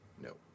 No